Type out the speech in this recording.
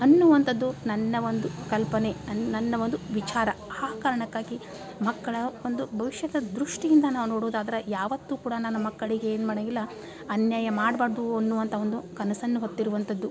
ಅನ್ನುವಂಥದ್ದು ನನ್ನ ಒಂದು ಕಲ್ಪನೆ ನನ್ನ ಒಂದು ವಿಚಾರ ಆ ಕಾರಣಕ್ಕಾಗಿ ಮಕ್ಕಳ ಒಂದು ಭವಿಷ್ಯದ ದೃಷ್ಟಿಯಿಂದ ನಾವು ನೋಡೋದಾದ್ರೆ ಯಾವತ್ತೂ ಕೂಡ ನಾನು ಮಕ್ಕಳಿಗೆ ಏನೂ ಮಾಡಂಗಿಲ್ಲ ಅನ್ಯಾಯ ಮಾಡಬಾರ್ದು ಅನ್ನುವಂಥ ಒಂದು ಕನಸನ್ನು ಹೊತ್ತಿರುವಂಥದ್ದು